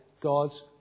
God's